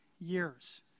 years